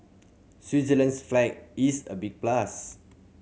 Switzerland's flag is a big plus